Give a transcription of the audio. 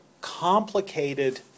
complicated